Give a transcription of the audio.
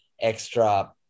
extra